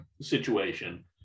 situation